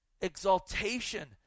exaltation